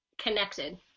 Connected